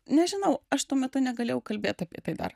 nežinau aš tuo metu negalėjau kalbėt apie tai dar